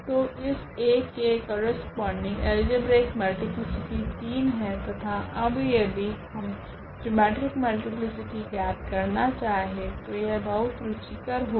तो इस 1 के करस्पोंडिंग अल्जेब्रिक मल्टीप्लीसिटी 3 है तथा अब यदि हम जिओमेट्रिक मल्टीप्लीसिटी ज्ञात करना चाहे तो यह बहुत रुचिकर होगी